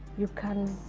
you can